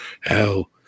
Hell